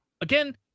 Again